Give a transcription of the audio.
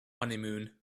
honeymoon